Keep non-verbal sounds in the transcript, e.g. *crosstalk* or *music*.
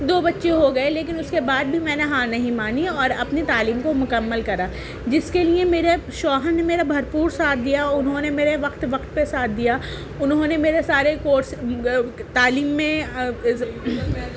دو بچے ہو گئے لیکن اس کے بعد بھی میں نے ہار نہیں مانی اور اپنی تعلیم کو مکمل کرا جس کے لیے میرے شوہر نے میرا بھرپور ساتھ دیا انہوں نے میرے وقت وقت پہ ساتھ دیا انہوں نے میرے سارے کورس تعلیم میں *unintelligible*